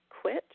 quit